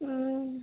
হুম